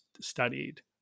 studied